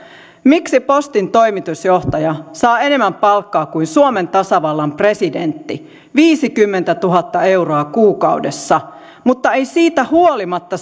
miksi postin toimitusjohtaja saa enemmän palkkaa kuin suomen tasavallan presidentti viisikymmentätuhatta euroa kuukaudessa mutta ei siitä huolimatta